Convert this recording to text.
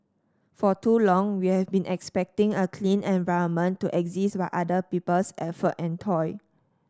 for too long we've been expecting a clean environment to exist by other people's effort and toil